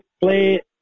play